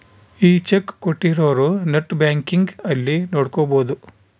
ಈ ಚೆಕ್ ಕೋಟ್ಟಿರೊರು net banking ಅಲ್ಲಿ ನೋಡ್ಕೊಬೊದು